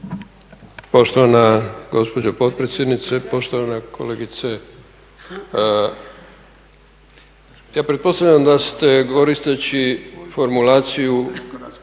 Poštovana gospođo potpredsjednice, poštovana kolegice. Ja pretpostavljam da ste koristeći formulaciju